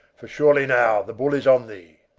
for surely now the bull is on thee!